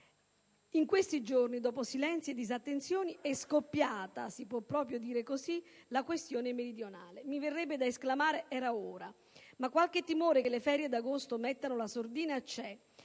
In questi giorni, dopo silenzi e disattenzioni, è scoppiata - si può proprio dire così - la questione meridionale. Mi verrebbe da esclamare: era ora! Ma qualche timore che le ferie di agosto mettano la sordina c'è;